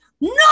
no